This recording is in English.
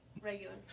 Regular